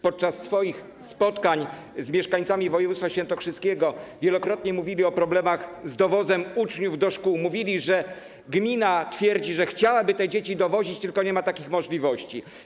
Podczas swoich spotkań z mieszkańcami województwa świętokrzyskiego wielokrotnie mówili o problemach z dowozem uczniów do szkół, mówili, że gmina twierdzi, że chciałaby te dzieci dowozić, tylko nie ma takich możliwości.